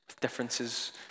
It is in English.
differences